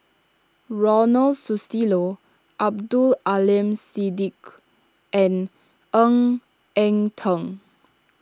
Ronald Susilo Abdul Aleem Siddique and Ng Eng Teng